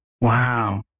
Wow